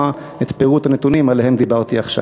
את פירוט הנתונים שעליהם דיברתי עכשיו.